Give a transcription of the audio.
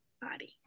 body